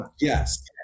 Yes